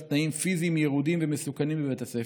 על תנאים פיזיים ירודים ומסוכנים בבית הספר: